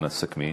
אנא, סכמי.